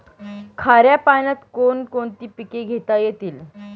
खाऱ्या पाण्यात कोण कोणती पिके घेता येतील?